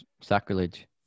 sacrilege